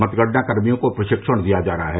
मतगणना कर्मियों को प्रशिक्षण दिया जा रहा है